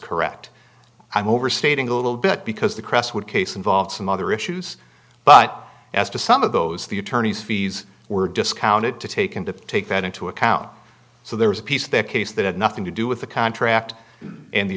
correct i'm overstating a little bit because the crest would case involve some other issues but as to some of those the attorney's fees were discounted to take him to take that into account so there was a piece there case that had nothing to do with the contract and the